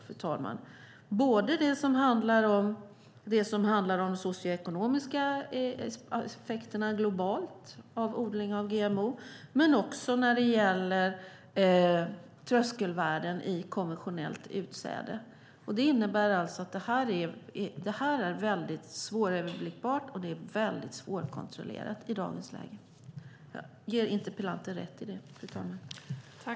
Det gäller de socioekonomiska aspekterna globalt av odling av GMO och tröskelvärden i konventionellt utsäde. Området är svåröverblickbart och svårkontrollerat i dagens läge. Jag ger interpellanten rätt i det, fru talman.